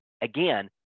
Again